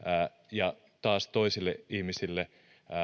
ja toisille ihmisille